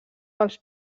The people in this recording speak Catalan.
pels